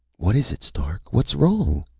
what is it, stark? what's wrong?